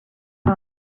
time